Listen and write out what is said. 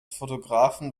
fotografen